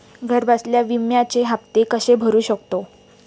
घरबसल्या विम्याचे हफ्ते कसे भरू शकतो?